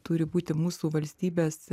turi būti mūsų valstybės